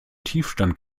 tiefstand